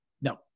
No